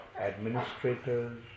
Administrators